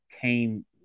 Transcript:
came